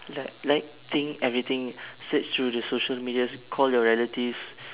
like like thing everything search through the social medias call your relatives